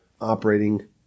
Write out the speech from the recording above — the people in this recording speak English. operating